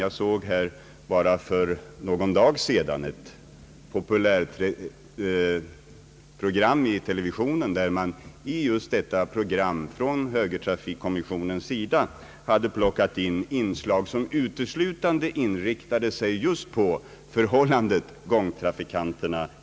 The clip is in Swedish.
Jag såg bara för någon dag sedan ett populärprogram i TV, där man just i själva programmet från högertrafikkommissionens sida hade lagt in inslag som uteslutande avsåg förhållandet mellan gångtrafikanterna.